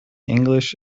english